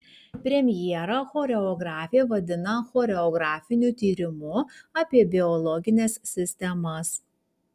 premjerą choreografė vadina choreografiniu tyrimu apie biologines sistemas